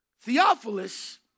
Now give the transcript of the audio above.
Theophilus